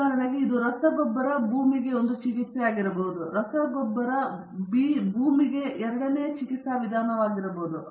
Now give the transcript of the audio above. ಉದಾಹರಣೆಗೆ ಇದು ರಸಗೊಬ್ಬರ ಎಂದರೆ ಭೂಮಿಗೆ ಒಂದು ಚಿಕಿತ್ಸೆಯಾಗಿರಬಹುದು ಮತ್ತು ರಸಗೊಬ್ಬರ ಬಿ ಭೂಮಿಗೆ ಎರಡನೆಯ ಚಿಕಿತ್ಸಾ ವಿಧಾನವಾಗಿರಬಹುದು